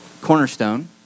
Cornerstone